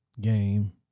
game